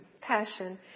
Passion